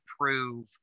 prove